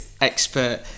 expert